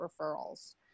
referrals